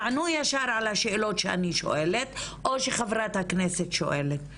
תענו ישר על השאלות שאני שואלת או שחברת הכנסת ענבר בזק שואלת,